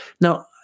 Now